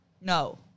No